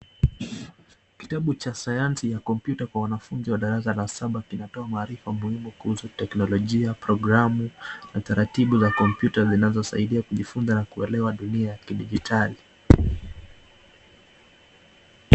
Kitabu cha sayansi ya kompyuta kwa wanafunzi wa darasa la saba kinatoa taarifa muhimu kuhusu teknolojia, programu na taratibu za kompyuta zinazosaidia kujifunza na kuelewa dunia ya dijitali.